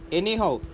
anyhow